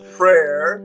prayer